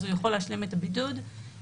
אז הוא יכול להשלים את הבידוד בבית.